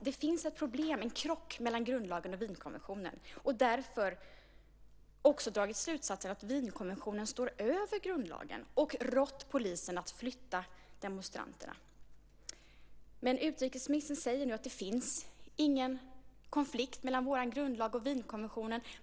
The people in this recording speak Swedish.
Det finns en krock mellan grundlagen och Wienkonventionen. UD-tjänstemannen har därför dragit slutsatsen att Wienkonventionen står över grundlagen och har rått polisen att flytta demonstranterna. Utrikesministern säger nu att det inte finns någon konflikt mellan vår grundlag och Wienkonventionen.